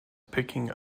picking